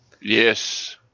Yes